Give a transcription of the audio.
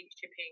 shipping